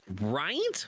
Right